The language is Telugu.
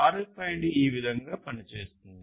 RFID ఈ విధంగా పనిచేస్తుంది